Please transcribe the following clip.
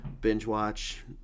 binge-watch